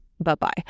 Bye-bye